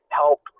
help